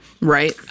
Right